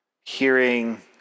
hearing